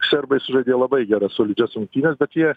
serbai sužaidė labai geras solidžias rungtynes bet jie